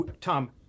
Tom